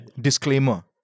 Disclaimer